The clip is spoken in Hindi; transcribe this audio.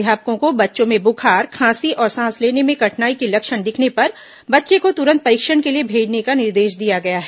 अध्यापकों को बच्चों में बुखार खांसी और सांस लेने में कठिनाई के लक्षण दिखने पर बच्चे को तुरन्त परीक्षण के लिए भेजने का निर्देष दिया गया है